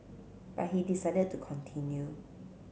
but he decided to continue